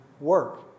work